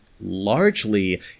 largely